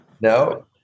no